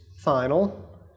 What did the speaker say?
Final